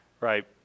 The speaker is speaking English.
right